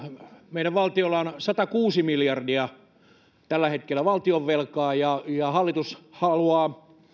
meidän valtiolla on tällä hetkellä satakuusi miljardia valtionvelkaa ja hallitus haluaa